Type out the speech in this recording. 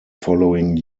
following